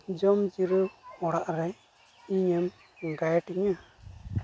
ᱡᱚᱢᱡᱤᱨᱟᱹᱣ ᱚᱲᱟᱜᱨᱮ ᱤᱧᱮᱢ ᱜᱟᱭᱤᱰᱤᱧᱟᱹ